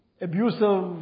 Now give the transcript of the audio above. abusive